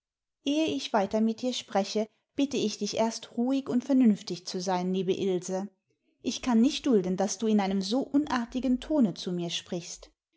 ehe ich weiter mit dir spreche bitte ich dich erst ruhig und vernünftig zu sein liebe ilse ich kann nicht dulden daß du in einem so unartigen tone zu mir sprichst